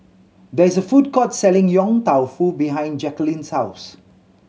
there is a food court selling Yong Tau Foo behind Jacqulyn's house